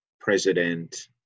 president